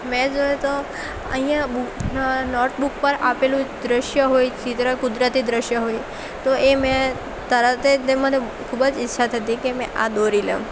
મે જોઈએ તો અહીંયા નોટબુક પર આપેલું દૃશ્ય હોય ચિત્ર કુદરતી દૃશ્ય હોય તો એ મેં તરત જ તે મને ખૂબ જ ઈચ્છા થતી કે મેં આ દોરી લઉં